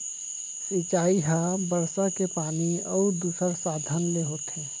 सिंचई ह बरसा के पानी अउ दूसर साधन ले होथे